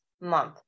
month